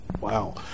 Wow